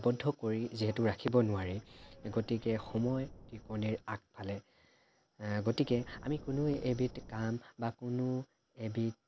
আৱব্ধ কৰি যিহেতু ৰাখিব নোৱাৰি গতিকে সময় টিকনিৰ আগফালে গতিকে আমি কোনো এবিধ কাম বা কোনো এবিধ